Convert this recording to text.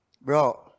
bro